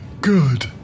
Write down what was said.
Good